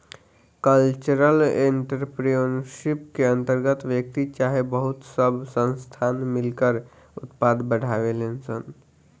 cultural entrepreneurship के अंतर्गत व्यक्ति चाहे बहुत सब संस्थान मिलकर उत्पाद बढ़ावेलन सन